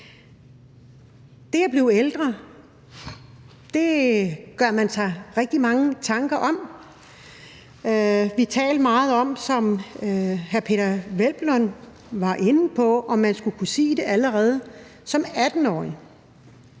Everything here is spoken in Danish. Det at blive ældre gør man sig rigtig mange tanker om, og vi har talt meget om, som hr. Peder Hvelplund var inde på, om man skulle kunne sige det allerede som 18-årig.